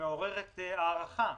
ומעוררת הערכה,